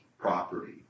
property